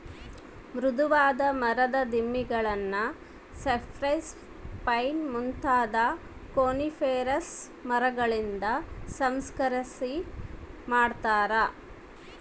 ಮೃದುವಾದ ಮರದ ದಿಮ್ಮಿಗುಳ್ನ ಸೈಪ್ರೆಸ್, ಪೈನ್ ಮುಂತಾದ ಕೋನಿಫೆರಸ್ ಮರಗಳಿಂದ ಸಂಸ್ಕರಿಸನೆ ಮಾಡತಾರ